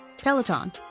Peloton